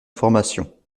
formation